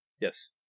Yes